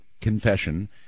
confession